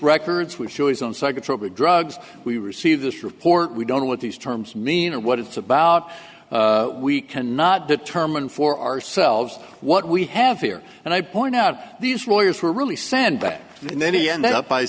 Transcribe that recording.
records which show he's on psychotropic drugs we receive this report we don't know what these terms mean or what it's about we cannot determine for ourselves what we have here and i point out these lawyers were really sent back and then he ended up by